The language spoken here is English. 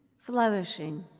flourishing,